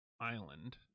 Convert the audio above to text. island